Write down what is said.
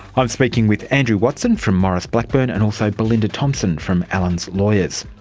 i'm speaking with andrew watson from maurice blackburn, and also belinda thompson from alan's lawyers.